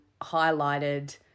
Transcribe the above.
highlighted